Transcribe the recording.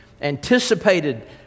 anticipated